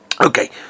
Okay